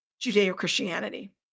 judeo-christianity